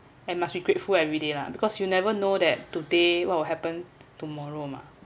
and must be grateful everyday lah because you never know that today what will happen tomorrow mah